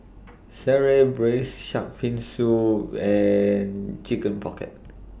Sireh Braised Shark Fin Soup and Chicken Pocket